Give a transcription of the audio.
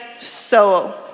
soul